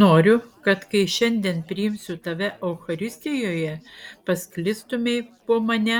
noriu kad kai šiandien priimsiu tave eucharistijoje pasklistumei po mane